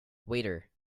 waiter